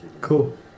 cool